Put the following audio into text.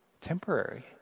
temporary